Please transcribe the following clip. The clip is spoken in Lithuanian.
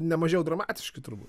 ne mažiau dramatiški turbūt